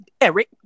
Eric